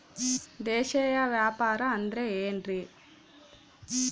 ದೇಶೇಯ ವ್ಯಾಪಾರ ಅಂದ್ರೆ ಏನ್ರಿ?